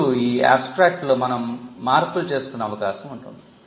ఇప్పుడు ఈ abstractలో మనం మార్పులు చేసుకునే అవకాశం ఉంటుంది